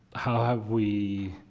how have we,